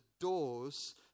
doors